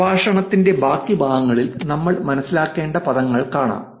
പ്രഭാഷണത്തിന്റെ ബാക്കി ഭാഗങ്ങളിൽ നമ്മൾ മനസ്സിലാക്കേണ്ട പദങ്ങൾ കാണാം